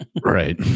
Right